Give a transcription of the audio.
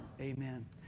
Amen